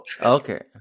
Okay